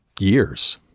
years